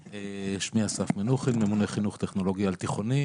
שמי אסף מנוחין, ממונה חינוך טכנולוגי על תיכוני.